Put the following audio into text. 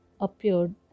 appeared